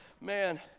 man